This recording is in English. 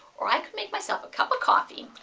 or i could make myself a cup of coffee,